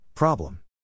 Problem